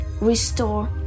restore